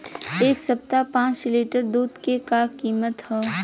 एह सप्ताह पाँच लीटर दुध के का किमत ह?